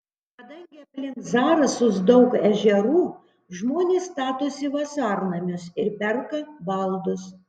kadangi aplink zarasus daug ežerų žmonės statosi vasarnamius ir perka baldus